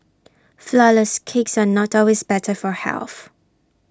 Flourless Cakes are not always better for health